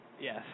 Yes